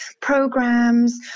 programs